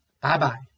Bye-bye